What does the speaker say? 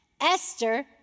Esther